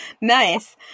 Nice